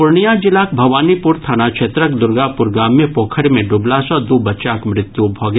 पूर्णिया जिलाक भवानीपुर थाना क्षेत्रक दुर्गापुर गाम मे पोखरि मे डूबला सॅ दू बच्चाक मृत्यु भऽ गेल